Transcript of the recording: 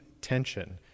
tension